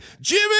jimmy